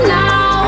now